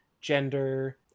gender